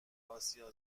آسیا